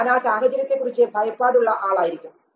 ഞാൻ ആ സാഹചര്യത്തെക്കുറിച്ച് ഭയപ്പാടുള്ള ആളായിരിക്കും